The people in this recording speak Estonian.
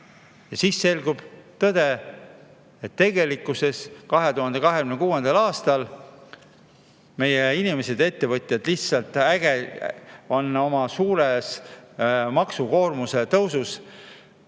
Ja siis selgub tõde, et tegelikkuses 2026. aastal meie inimesed, ettevõtjad lihtsalt ägavad maksukoormuse suure